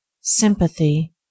Sympathy